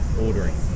ordering